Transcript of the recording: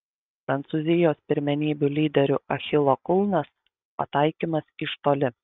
prancūzijos pirmenybių lyderių achilo kulnas pataikymas iš toli